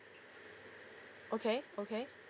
okay okay